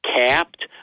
capped